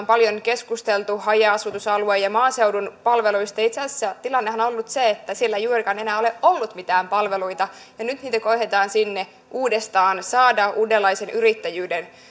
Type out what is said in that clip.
paljon keskusteltu haja asutusalueen ja maaseudun palveluista ja itse asiassa tilannehan on ollut se että siellä ei juurikaan enää ole ollut mitään palveluita ja nyt niitä koetetaan sinne uudestaan saada uudenlaisen yrittäjyyden